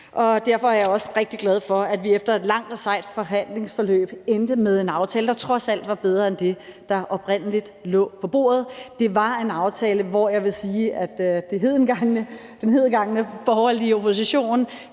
derfor er jeg også rigtig glad for, at vi efter et langt og sejt forhandlingsforløb endte med en aftale, der trods alt var bedre end det, der oprindelig lå på bordet. Det var en aftale, hvor den hedengangne borgerlige opposition